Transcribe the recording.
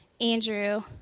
Andrew